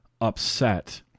upset